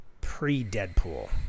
pre-Deadpool